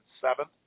seventh